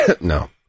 No